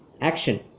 action